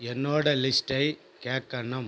என்னோட லிஸ்ட்டை கேட்கணும்